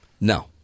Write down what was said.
No